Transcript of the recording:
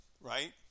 right